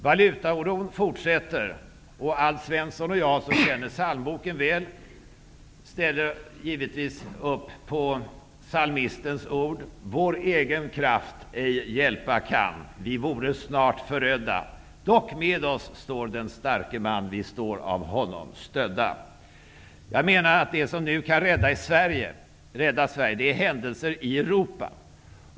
Valutaoron fortsätter, och Alf Svensson och jag, som känner psalmboken väl, ställer givetvis upp på psalmistens ord: Vår egen kraft ej hjälpa kan, vi vore snart förödda. Dock med oss står den starke man, vi står av honom stödda. Det som nu kan rädda Sverige är händelser i Europa.